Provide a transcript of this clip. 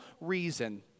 reason